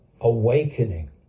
awakening